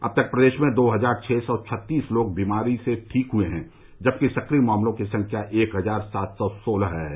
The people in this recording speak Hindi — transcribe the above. अब तक प्रदेश में दो हजार छः सौ छत्तीस लोग बीमारी से ठीक हुए हैं जबकि सक्रिय मामलों की संख्या एक हजार सात सौ सोलह है